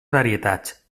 varietats